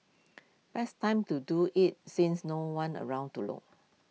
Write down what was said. best time to do IT since no one's around to look